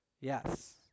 Yes